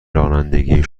رانندگی